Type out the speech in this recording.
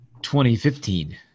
2015